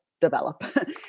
develop